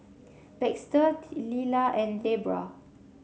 Baxter Lilla and Debbra